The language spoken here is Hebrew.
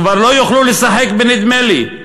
כבר לא יוכלו לשחק בנדמה לי,